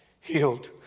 healed